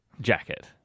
jacket